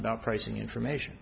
about pricing information